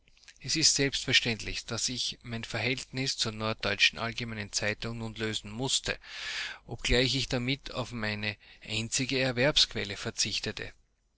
es ist selbstverständlich daß ich mein verhältnis zur norddeutschen allgemeinen zeitung nun lösen mußte obgleich ich damit auf meine einzige erwerbsquelle verzichtete